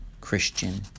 Christian